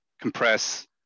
compress